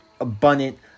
Abundant